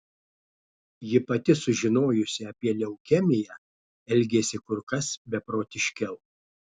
ji pati sužinojusi apie leukemiją elgėsi kur kas beprotiškiau